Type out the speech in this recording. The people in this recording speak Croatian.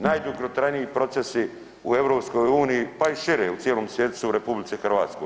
Najdugotrajniji procesi u EU pa i šire u cijelom svijetu su u RH.